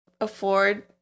afford